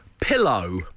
Pillow